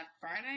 Friday